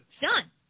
done